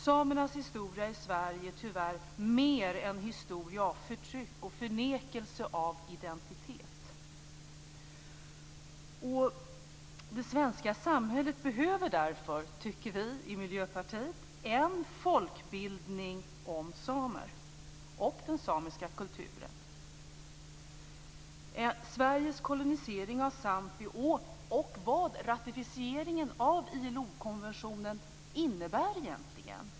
Samernas historia i Sverige är tyvärr mer en historia av förtryck och förnekelse av identitet. Det svenska samhället behöver därför, tycker vi i Miljöpartiet, en folkbildning om samer och den samiska kulturen, Sveriges kolonisering av Sápmi och vad ratificeringen av ILO-konventionen innebär egentligen.